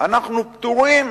אנחנו פטורים,